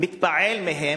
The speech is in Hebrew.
מתפעל מהם,